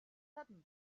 suddenly